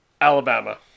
Alabama